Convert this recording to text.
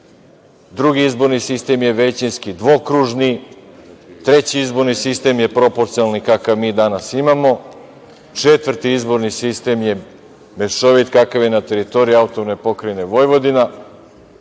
drugi izborni sistem je većinski dvokružni, treći izborni sistem je proporcionalni kakav mi danas imamo, četvrti izborni sistem je mešovit, kakav je na teritoriji AP Vojvodina.